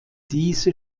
diese